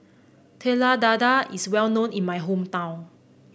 Telur Dadah is well known in my hometown